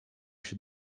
się